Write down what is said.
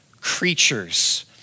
creatures